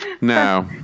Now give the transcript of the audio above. No